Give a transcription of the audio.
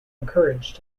encouraged